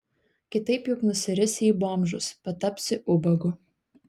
kitaip juk nusirisi į bomžus patapsi ubagu